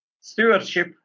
Stewardship